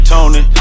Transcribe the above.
Tony